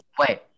Wait